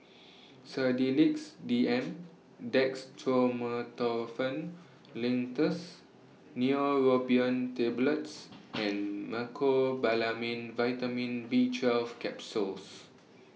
Sedilix D M Dextromethorphan Linctus Neurobion Tablets and Mecobalamin Vitamin B twelve Capsules